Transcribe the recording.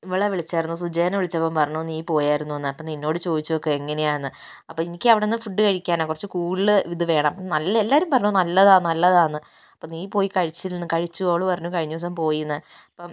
ഇവളെ വിളിച്ചായിരുന്നു സുജേന വിളിച്ചപ്പം പറഞ്ഞു നീ പോയാരുന്നൂന്ന് അപ്പോൾ നിന്നോട് ചോദിച്ചു നോക്ക് എങ്ങനയാന്ന് അപ്പം എനിക്കവിടുന്ന് ഫുഡ് കഴിക്കാനാ കുറച്ച് കൂടുതല് ഇതുവേണം നല്ല എല്ലാവരും പറഞ്ഞു നല്ലതാ നല്ലതാന്ന് അപ്പം നീ പോയി കഴിച്ച് കഴിച്ചോ ഓള് പറഞ്ഞു കഴിഞ്ഞ ദിവസം പോയീന്ന് അപ്പം